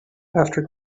after